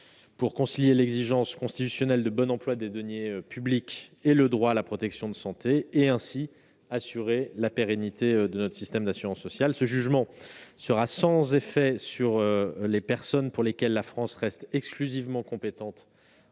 pour concilier l'exigence constitutionnelle de bon emploi des deniers publics et le droit à la protection de santé et, ainsi, assurer la pérennité de notre système d'assurance sociale. Ce jugement sera sans effet sur les personnes pour lesquelles la France reste exclusivement compétente